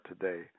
today